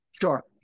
Sure